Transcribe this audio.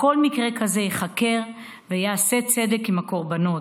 כל מקרה כזה ייחקר וייעשה צדק עם הקורבנות.